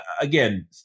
again